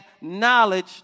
knowledge